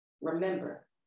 remember